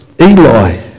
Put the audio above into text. Eli